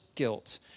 guilt